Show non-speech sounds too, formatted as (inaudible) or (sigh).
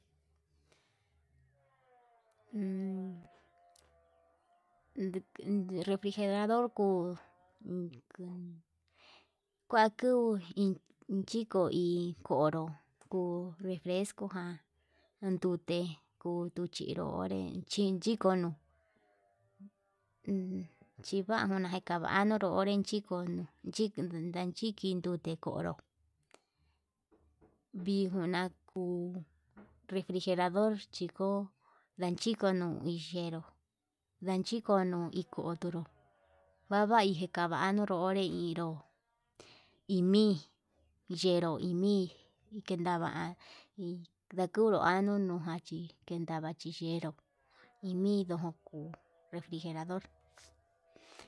(noise) (hesitation) Refrijerador kuu kua kuu iin chiko iin, konro kuu refresco ján ndute atuu chioré echinkono, uun chivajuna kuu kavanru onré chiko chiken ndachichi nute konro vijuna kuu, refrijerador chiko ñanchikunu iyenru nanchikono injeró vavai ndikana nunró onré inró imii yenru imii yendava ndakunro anunujan chí kendava chenru (noise) iniduu kuu refrijerador.